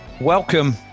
Welcome